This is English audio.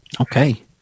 Okay